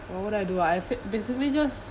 what do I do I fi~ basically just